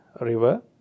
river